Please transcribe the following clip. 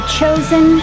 chosen